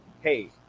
hey